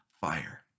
fire